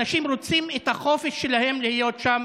אנשים רוצים את החופש שלהם להיות שם